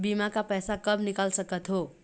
बीमा का पैसा कब निकाल सकत हो?